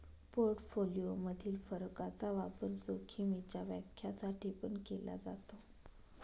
portfolio मधील फरकाचा वापर जोखीमीच्या व्याख्या साठी पण केला जातो